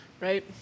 right